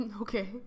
Okay